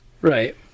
Right